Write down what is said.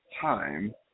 time